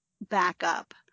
backup